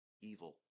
evil